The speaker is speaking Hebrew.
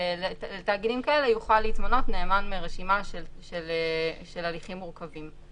לתאגידים כאלה יוכל להתמנות נאמן מרשימה של הליכים מורכבים.